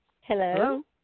Hello